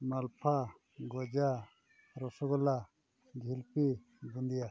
ᱢᱟᱞᱯᱳᱣᱟ ᱜᱚᱡᱟ ᱨᱚᱥᱚᱜᱩᱞᱞᱟᱹ ᱡᱷᱤᱞᱯᱤ ᱵᱩᱸᱫᱤᱭᱟᱹ